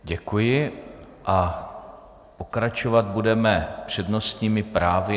Děkuji a pokračovat budeme přednostními právy.